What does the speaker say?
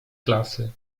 klasy